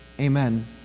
Amen